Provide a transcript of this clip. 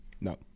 No